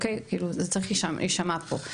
זה צריך להישמע פה,